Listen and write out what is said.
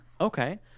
Okay